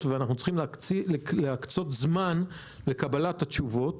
ואנחנו צריכים להקצות זמן לקבלת התשובות